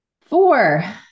Four